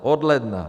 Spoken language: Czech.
Od ledna.